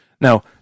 Now